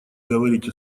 говорить